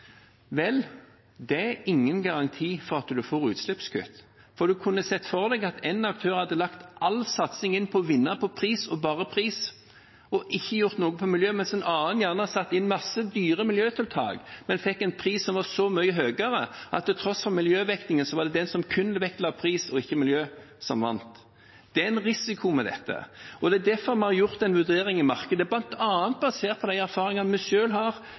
Vel, det er ingen garanti for at en får utslippskutt, for en kunne sett for seg at én aktør hadde lagt all satsing inn på å vinne på pris og bare på pris og ikke hadde gjort noe for miljøet, mens en annen hadde innført mange dyre miljøtiltak, men fikk en pris som var så mye høyere at til tross for miljøvektingen, var det den som kun vektla pris og ikke miljø, som vant. Det er en risiko ved dette. Det er derfor vi har gjort en vurdering i markedet, bl.a. basert på de erfaringene vi selv har